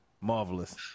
Marvelous